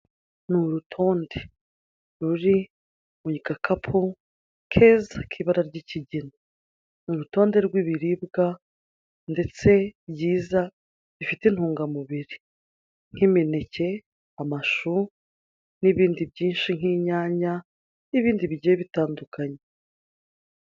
Ni urutonde ruri mu gakapu keza k'ibara ry'ikigina, ni urutonde rw'ibiribwa ndetse byiza bifite intungamubiri nk'imineke, amashu n'ibindi byinshi nk'inyanya n'ibindi bigiye bitandukanye.